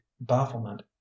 bafflement